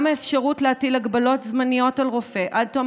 גם האפשרות להטיל הגבלות זמניות על רופא עד תום